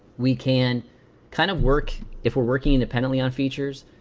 we can kind of work if we're working independently on features,